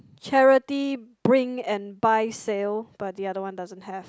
charity bring and buy sale but the other one doesn't have